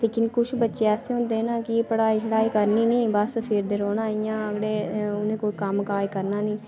लेकिन कुछ बच्चे ऐसे होंदे कि पढ़ाई करनी निं ते बस फिरदे रौह्ना अगड़े इं'या कोई कम्म काज़ करना नेईं